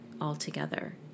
altogether